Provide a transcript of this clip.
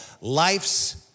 life's